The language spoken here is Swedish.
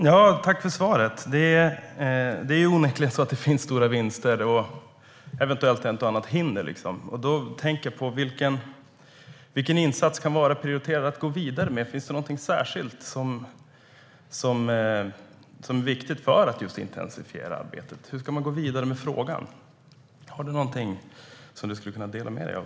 Herr talman! Tack, statsrådet, för svaret! Det finns onekligen stora vinster men eventuellt också ett eller annat hinder. Jag funderar då på vilken insats som kan vara prioriterad att gå vidare med. Finns det något särskilt som är viktigt för att just intensifiera arbetet? Hur ska man gå vidare med frågan? Har statsrådet något som han kan dela med sig av?